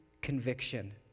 conviction